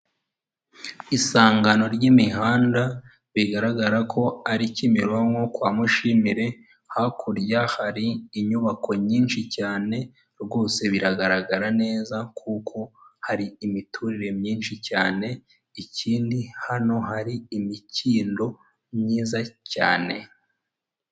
Isangano ry'imihanda bigaragara ko ari Kimironko kwa Mushimire, hakurya hari inyubako nyinshi cyane, rwose biragaragara neza kuko hari imiturire myinshi cyane, ikindi hano hari imikindo myiza cyane.